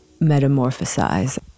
metamorphosize